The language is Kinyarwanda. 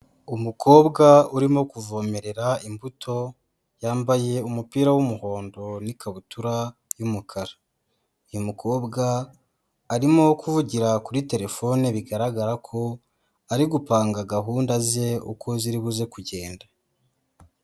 Umukobwa urimo kuvomerera imbuto, yambaye umupira w'umuhondo n'ikabutura y'umukara. Uyu mukobwa arimo kuvugira kuri terefone bigaragara ko ari gupanga gahunda ze uko ziri buze kugenda.